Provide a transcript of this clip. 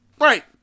Right